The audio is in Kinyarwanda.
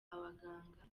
abaganga